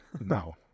no